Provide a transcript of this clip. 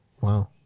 Wow